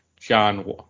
John